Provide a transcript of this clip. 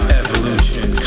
evolution